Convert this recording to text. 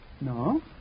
No